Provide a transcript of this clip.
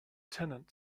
tenant